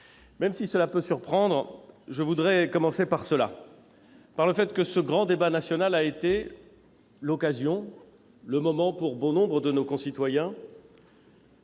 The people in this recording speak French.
Même si cela peut surprendre, je voudrais commencer par rappeler que ce grand débat national a été l'occasion, pour bon nombre de nos concitoyens,